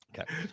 okay